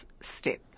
step